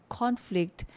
conflict